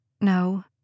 No